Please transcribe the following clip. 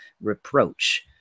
reproach